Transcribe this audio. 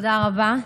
תודה רבה.